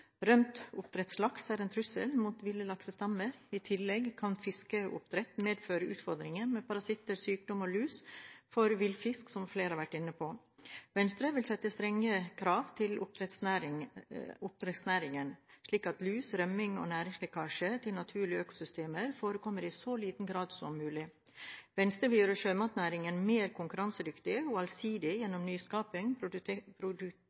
Rømt oppdrettslaks er en trussel mot ville laksestammer. I tillegg kan fiskeoppdrett medføre utfordringer for villfisk i form av parasitter, sykdommer og lus, som flere har vært inne på. Venstre vil sette strenge krav til oppdrettsnæringen, slik at lus, rømning og næringslekkasje til naturlige økosystemer forekommer i så liten grad som mulig. Venstre vil gjøre sjømatnæringen mer konkurransedyktig og allsidig